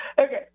Okay